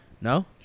No